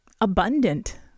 abundant